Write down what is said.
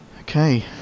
Okay